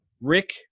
Rick